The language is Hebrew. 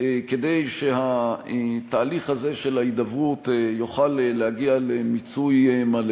כדי שהתהליך הזה של ההידברות יוכל להגיע למיצוי מלא